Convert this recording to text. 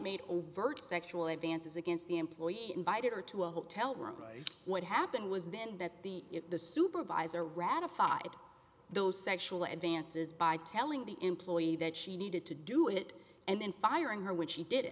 made overt sexual advances against the employee invited her to a hotel room what happened was then that the the supervisor ratified those sexual advances by telling the employee that she needed to do it and then firing her when she did it